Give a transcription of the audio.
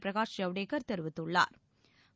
பிரகாஷ் ஐவ்டேகா் தெரிவித்துள்ளாா்